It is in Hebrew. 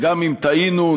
וגם אם טעינו,